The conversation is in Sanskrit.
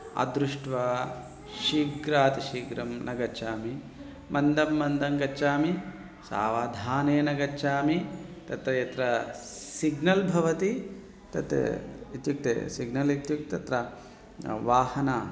अदृष्ट्वा शीघ्राति शीघ्रं न गच्छामि मन्दं मन्दं गच्छामि सावधानेन गच्छामि तत् यत्र सिग्नल् भवति तत् इत्युक्ते सिग्नल् इत्युक्ते तत्र वाहनं